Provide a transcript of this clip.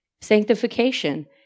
sanctification